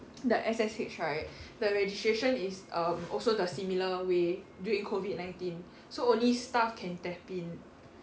the S_S_H right the registration is um also the similar way during COVID nineteen so only staff can tap in